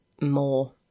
more